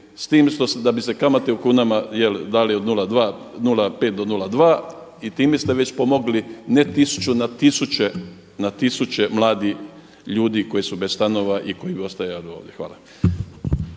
biti, s tim da bi se kamate u kunama dali od 0,5 do 0,2 i time ste već pomogli tisuću, na tisuće mladih ljudi koji su bez stanova i koji bi ostajali ovdje. Hvala.